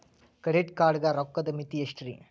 Credit card ಗ ರೋಕ್ಕದ್ ಮಿತಿ ಎಷ್ಟ್ರಿ?